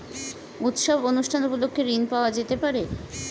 উৎসব অনুষ্ঠান উপলক্ষে ঋণ পাওয়া যেতে পারে?